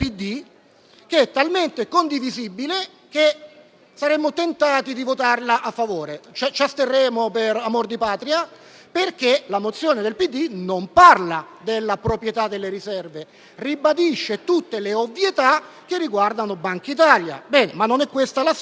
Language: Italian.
che è talmente condivisibile che saremmo tentati di votare a favore. Invece ci asterremo per amor di Patria, perché la mozione del PD non parla della proprietà delle riserve, ma ribadisce tutte le ovvietà che riguardano Bankitalia. Ma non è questa la sede.